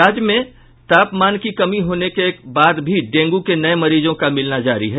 राज्य में तापमान में कमी होने के बाद भी डेंगू के नये मरीजों का मिलना जारी है